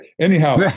Anyhow